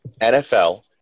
NFL